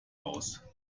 aus